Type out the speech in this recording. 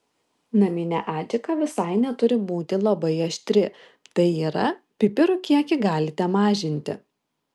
naminė adžika visai neturi būti labai aštri tai yra pipirų kiekį galite mažinti